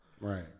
Right